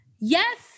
Yes